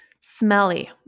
smelly